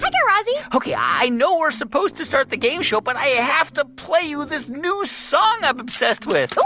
but guy razzie ok, i know we're supposed to start the game show, but i have to play you this new song i'm obsessed with ooh,